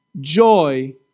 joy